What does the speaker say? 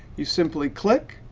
you simply click.